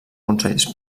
consellers